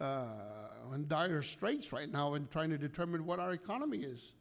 dire straits right now in trying to determine what our economy